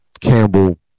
Campbell